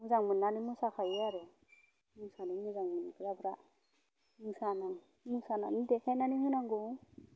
मोजां मोननानै मोसाखायो आरो मोसानो मोजां मोनग्राफ्रा मोसानानै देखायनानै होनांगौ